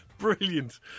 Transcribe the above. Brilliant